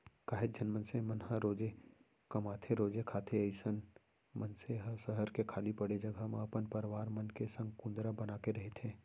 काहेच झन मनसे मन ह रोजे कमाथेरोजे खाथे अइसन मनसे ह सहर के खाली पड़े जघा म अपन परवार मन के संग कुंदरा बनाके रहिथे